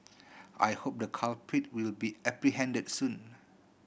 I hope the culprit will be apprehended soon